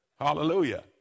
Hallelujah